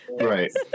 Right